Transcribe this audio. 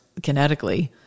kinetically